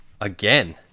Again